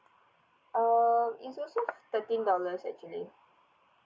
uh is also thirteen dollars actually